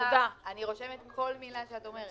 אני רושמת כל מילה שאת אומרת.